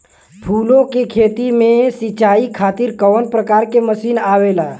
फूलो के खेती में सीचाई खातीर कवन प्रकार के मशीन आवेला?